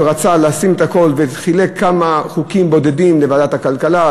שרצה לשים את הכול וחילק כמה חוקים בודדים לוועדת הכלכלה,